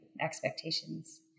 expectations